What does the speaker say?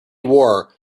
war